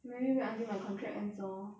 maybe wait until my contract ends lor